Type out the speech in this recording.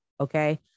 Okay